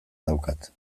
daukat